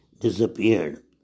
disappeared